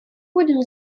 будем